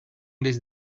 this